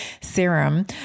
serum